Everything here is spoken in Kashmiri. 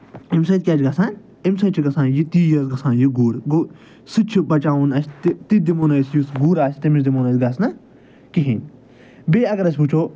اَمہِ سۭتۍ کیٛاہ چھِ گژھان اَمہِ سۭتۍ چھُ گژھان یہِ تیز گژھان یہِ گُر گوٚو سُہ تہِ چھِ بَچاوُن اَسہِ تہِ تہِ دِمو نہٕ أسۍ یُس گُر آسہِ تٔمِس دِمو نہٕ أسۍ گژھنہٕ کِہیٖنۍ بیٚیہِ اَگر أسۍ وٕچھو